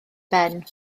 ben